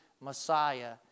Messiah